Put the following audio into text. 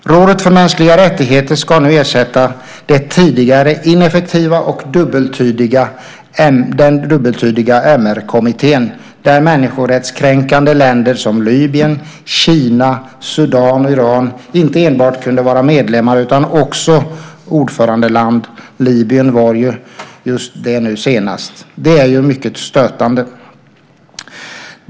Rådet för mänskliga rättigheter ska nu ersätta den tidigare ineffektiva och dubbeltydiga MR-kommittén där människorättskränkande länder som Libyen, Kina, Sudan och Iran inte enbart kunde vara medlemmar utan också ordförandeland. Libyen var ju det nu senast. Det är mycket stötande.